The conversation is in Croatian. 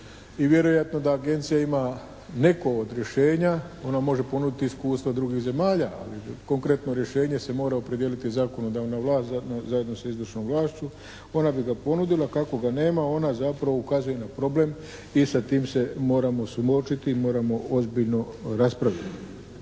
i vjerojatno da Agencija ima neko od rješenja. Ona može ponuditi iskustva drugih zemalja, ali konkretno se rješenje se mora opredijeliti zakonodavna vlast zajedno sa izvršnom vlašću. Ona bi ga ponudila. Kako ga nema ona zapravo ukazuje na problem i sa tim se moramo suočiti, moramo ozbiljno raspraviti.